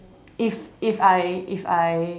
if if I if I